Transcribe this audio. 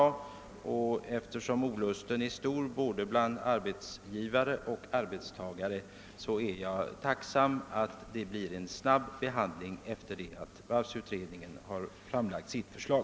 Eftersom olusten är stor både bland arbetsgivare och bland arbetstagare, är jag tacksam för att det blir en snabb behandling sedan varvsutredningen har framlagt sitt förslag.